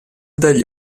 dagli